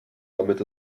damit